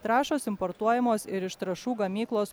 trąšos importuojamos ir iš trąšų gamyklos